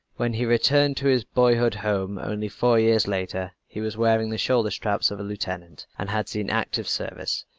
when he returned to his boyhood's home, only four years later, he was wearing the shoulder straps of a lieutenant, and had seen active service.